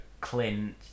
Clint